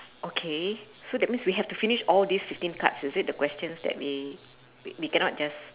okay so that means we have to finish all these fifteen cards is it the questions that we we cannot just